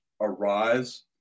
arise